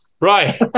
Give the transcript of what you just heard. right